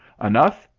enough,